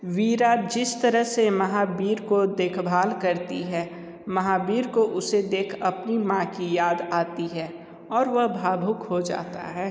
वीरा जिस तरह से महावीर को देखभाल करती है महावीर को उसे देख अपनी माँ की याद आती है और वह भावुक हो जाता है